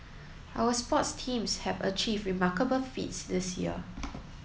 our sports teams have achieved remarkable feats this year